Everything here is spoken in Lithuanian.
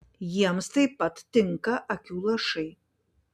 jiems taip pat tinka akių lašai